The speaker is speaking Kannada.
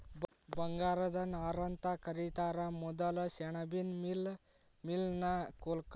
ಬಂಗಾರದ ನಾರಂತ ಕರಿತಾರ ಮೊದಲ ಸೆಣಬಿನ್ ಮಿಲ್ ನ ಕೊಲ್ಕತ್ತಾದಾಗ ಆರಂಭಾ ಮಾಡಿದರು